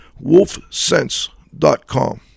wolfsense.com